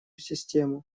систему